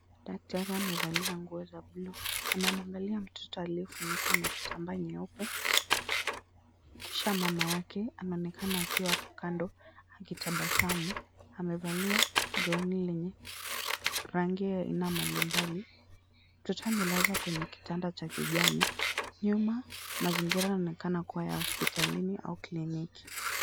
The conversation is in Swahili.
Daktari amevalia nguo za blue .Anamwangalia mtoto aliyefunikwa na kitambaa nyeupe, kisha mama yake anaonekana akiwa hapo kando akitabasamu. Amevalia gauni lenye rangi ya aina mbalimbali. Mtoto amelazwa kwenye kitanda cha kijani. Nyumba mazingira yaonekana kuwa ya hospitalini au kliniki.